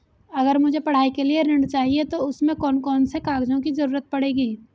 अगर मुझे पढ़ाई के लिए ऋण चाहिए तो उसमें कौन कौन से कागजों की जरूरत पड़ेगी?